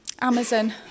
Amazon